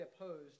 opposed